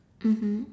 mmhmm